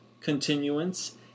continuance